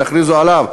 תכריזו עליו,